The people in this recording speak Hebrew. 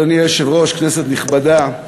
אדוני היושב-ראש, כנסת נכבדה,